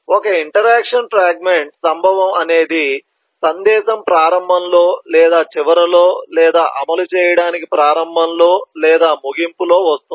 ఒక interaction fragment సంభవం అనేది సందేశం ప్రారంభంలో లేదా చివరిలో లేదా అమలు చేయడానికి ప్రారంభంలో లేదా ముగింపులో వస్తుంది